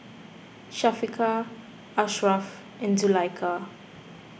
Syafiqah Ashraf and Zulaikha